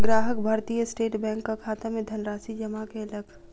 ग्राहक भारतीय स्टेट बैंकक खाता मे धनराशि जमा कयलक